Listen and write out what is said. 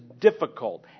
difficult